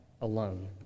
alone